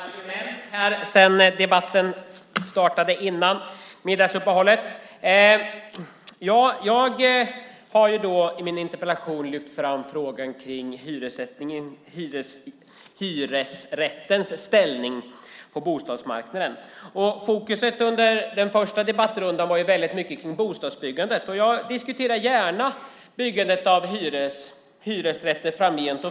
Fru talman! Vi har ju haft två timmar på oss att fundera och vässa våra argument sedan debatten avbröts före middagsuppehållet. Jag har i min interpellation lyft fram frågan om hyresrättens ställning på bostadsmarknaden. Under den första debattrundan låg fokus mycket på bostadsbyggandet. Jag diskuterar gärna byggandet av hyresrätter.